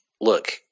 look